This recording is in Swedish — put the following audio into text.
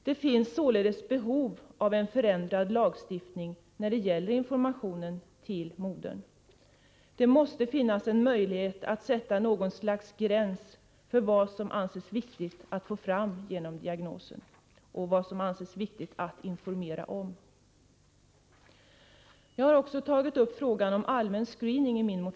Det finns således behov av en förändring av lagstiftningen när det gäller informationen till modern. Det måste finnas en möjlighet att sätta något slags gräns för vad som anses viktigt att få fram genom diagnosen och för vad det anses viktigt att informera om. Jag har i min motion också tagit upp frågan om allmän screening.